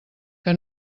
que